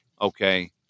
Okay